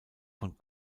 von